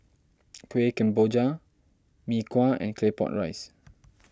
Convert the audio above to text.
Kueh Kemboja Mee Kuah and Claypot Rice